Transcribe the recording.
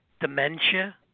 Dementia